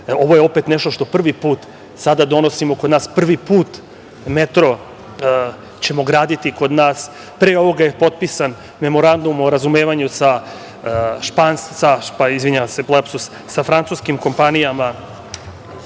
Ovo je opet nešto što prvi put sada donosimo kod nas, prvi put metro ćemo graditi kod nas. Pre ovoga je potpisan Memorandum o razumevanju sa francuskim kompanijama